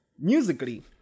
musically